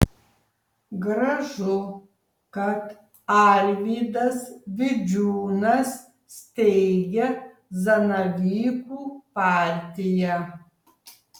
gražu kad arvydas vidžiūnas steigia zanavykų partiją